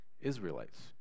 israelites